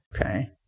Okay